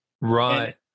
Right